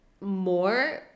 more